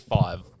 five